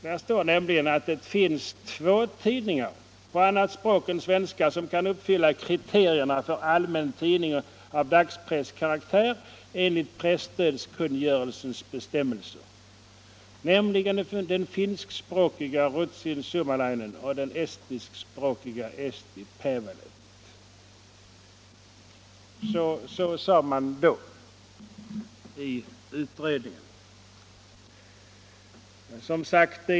Utredningen anför att det finns ”två tidningar på annat språk än svenska som kan uppfylla kriterierna för allmän tidning av dagspresskaraktär enligt presstödkungörelsens bestämmelser, nämligen den finskspråkiga Routsin Suomalainen och den estniskspråkiga Eesti Päevaleht”.